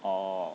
oh